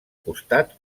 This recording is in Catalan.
costat